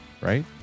right